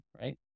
right